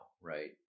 right